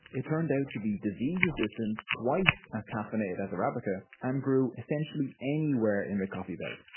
it turned out to be disease resistant, twice as caffeinated as arabica and grew essentially anywhere in the coffee belt.